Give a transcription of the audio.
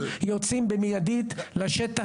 יוצאים במידית לשטח.